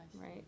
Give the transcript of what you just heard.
right